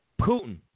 Putin